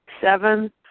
Seven